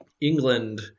england